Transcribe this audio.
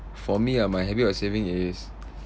for me ah my habit of saving is